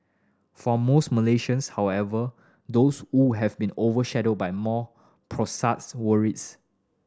for most Malaysians however those who have been overshadowed by more worries